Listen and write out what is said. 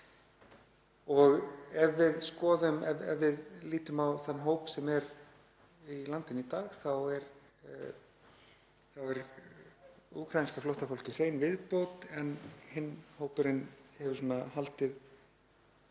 hefur tekist. Ef við lítum á þann hóp sem er í landinu í dag þá er úkraínska flóttafólkið hrein viðbót en hinn hópurinn hefur haldið